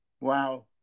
Wow